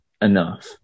enough